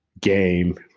game